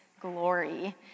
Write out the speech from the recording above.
glory